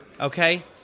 okay